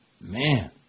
man